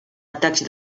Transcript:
atacs